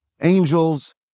Angels